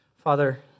Father